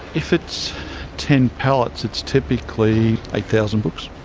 if it's ten pallets it's typically eight thousand books.